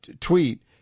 tweet